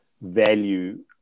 value